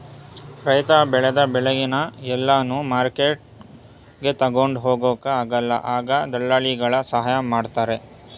ರೈತ ಬೆಳೆದ ಬೆಳೆನ ಎಲ್ಲಾನು ಮಾರ್ಕೆಟ್ಗೆ ತಗೊಂಡ್ ಹೋಗೊಕ ಆಗಲ್ಲ ಆಗ ದಳ್ಳಾಲಿಗಳ ಸಹಾಯ ಮಾಡ್ತಾರೆ